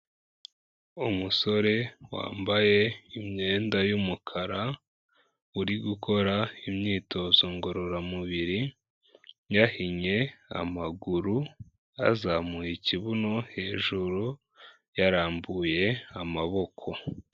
Umusore wambaye imyenda y'umukara, uri gukora imyitozo ngororamubiri, yahinnye amaguru, yazamuye ikibuno hejuru yarambuye amaboko.